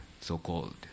so-called